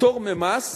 פטור ממס,